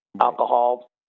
alcohol